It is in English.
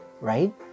right